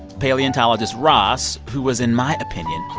paleontologist ross, who was, in my opinion,